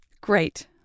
great